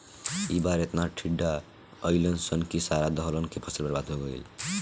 ए बार एतना टिड्डा अईलन सन की सारा दलहन के फसल बर्बाद हो गईल